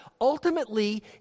Ultimately